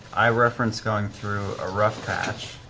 i referenced going through a rough patch,